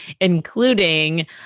including